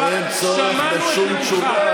שמענו את עמדתך,